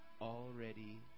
already